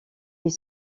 est